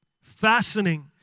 Fastening